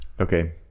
Okay